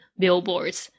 billboards